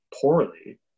poorly